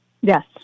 Yes